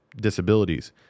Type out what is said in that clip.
disabilities